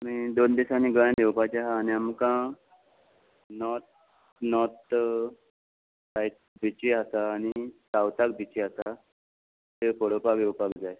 आनी दोन दिसांनी गोंयांत येवपाचें आहा आनी आमकां नोर्थ नोर्थ सायड बिची आसा आनी सावथाक बिची आसा त्यो पळोवपाक येवपाक जाय